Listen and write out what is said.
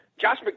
Josh